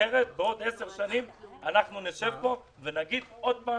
קבענו קריטריונים, וזה היה מאוד קשה,